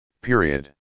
Period